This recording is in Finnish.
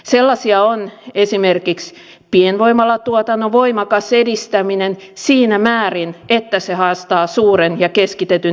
sellaisia ovat esimerkiksi pienvoimalatuotannon voimakas edistäminen siinä määrin että se haastaa suuren ja keskitetyn energiatuotannon